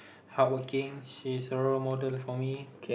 hardworking she's a role model for me